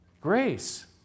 Grace